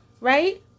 Right